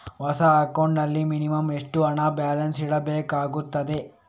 ಹೊಸ ಅಕೌಂಟ್ ನಲ್ಲಿ ಮಿನಿಮಂ ಎಷ್ಟು ಹಣ ಬ್ಯಾಲೆನ್ಸ್ ಇಡಬೇಕಾಗುತ್ತದೆ?